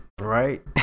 Right